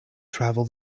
travel